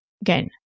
Again